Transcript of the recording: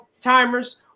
timers